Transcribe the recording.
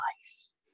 nice